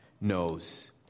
knows